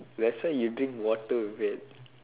that's why you drink water with it